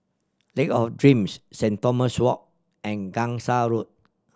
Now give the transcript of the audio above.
Lake of Dreams Saint Thomas Walk and Gangsa Road